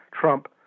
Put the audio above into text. Trump